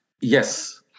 Yes